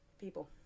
people